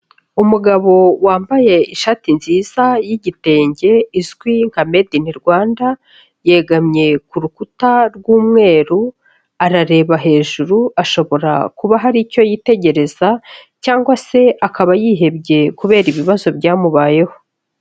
Umugabo wambaye ishati nziza y'igitenge izwi nka made in Rwanda, yegamye ku rukuta rw'umweru, arareba hejuru ashobora kuba hari icyo yitegereza cyangwa se akaba yihebye kubera ibibazo byamubayeho.